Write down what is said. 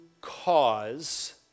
cause